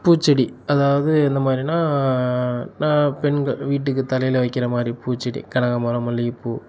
பூச்செடி அதாவது எந்த மாதிரினா நான் பெண்கள் வீட்டுக்கு தலையில் வைக்கிற மாதிரி பூச்செடி கனகாம்பரம் மல்லிகைப்பூ